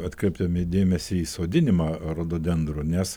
atkreipdami dėmesį į sodinimą rododendrų nes